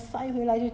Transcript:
你去看